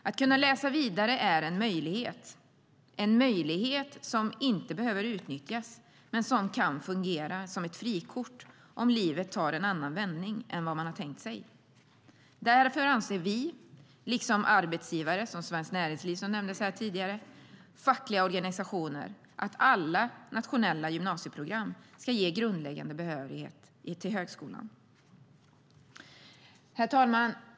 Att kunna läsa vidare är en möjlighet som inte behöver utnyttjas men som kan fungera som ett frikort om livet tar en annan vändning än man tänkt sig. Därför anser vi, liksom arbetsgivare, såsom Svenskt Näringsliv som nämndes här tidigare, och fackliga organisationer, att alla nationella gymnasieprogram ska ge grundläggande behörighet till högskolan. Herr talman!